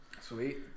Sweet